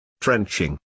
Trenching